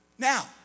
Now